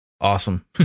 Awesome